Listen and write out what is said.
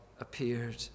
appeared